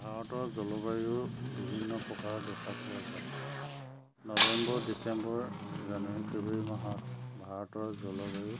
ভাৰতৰ জলবায়ু বিভিন্ন প্ৰকাৰৰ দেখা পোৱা যায় নৱেম্বৰ ডিচেম্বৰ জানুৱাৰী ফেব্ৰুৱাৰী মাহত ভাৰতৰ জলবায়ু